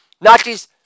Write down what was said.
Nazis